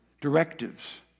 directives